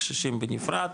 קשישים בנפרד,